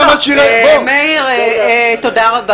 אני אראה לך מה --- מאיר, תודה רבה.